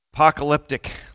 Apocalyptic